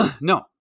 No